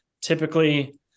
Typically